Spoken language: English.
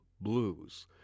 blues